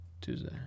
tuesday